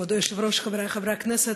כבוד היושב-ראש, חברי חברי הכנסת,